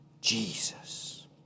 Jesus